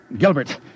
Gilbert